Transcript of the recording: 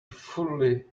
fully